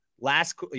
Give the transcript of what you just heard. last